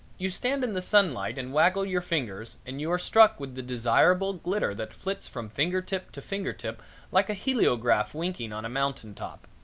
you stand in the sunlight and waggle your fingers and you are struck with the desirable glitter that flits from finger tip to finger tip like a heleograph winking on a mountain top.